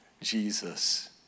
Jesus